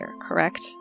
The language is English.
correct